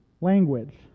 language